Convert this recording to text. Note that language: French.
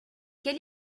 quel